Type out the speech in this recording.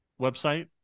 website